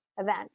event